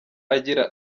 agira